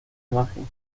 imagen